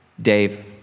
Dave